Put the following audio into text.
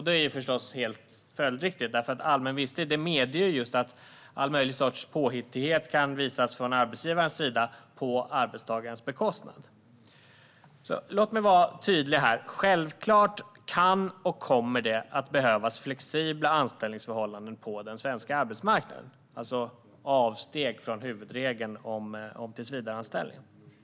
Det är förstås helt följdriktigt, för allmän visstid medger just att all möjlig sorts påhittighet kan uppvisas från arbetsgivarens sida - på arbetstagarens bekostnad. Låt mig vara tydlig här: Självklart kan det behövas och kommer det att behövas flexibla anställningsförhållanden på den svenska arbetsmarknaden, det vill säga avsteg från huvudregeln om tillsvidareanställning.